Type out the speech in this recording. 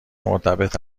مرتبط